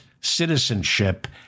citizenship